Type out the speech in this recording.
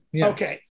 Okay